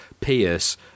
Pierce